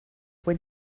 when